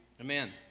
Amen